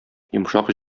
йомшак